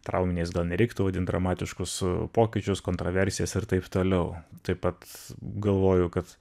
trauminiais gal nereiktų vadint dramatiškus pokyčius kontraversijas ir taip toliau taip pat galvoju kad